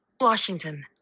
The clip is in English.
washington